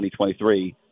2023